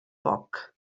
poc